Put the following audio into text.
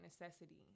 necessity